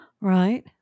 right